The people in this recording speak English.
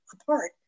apart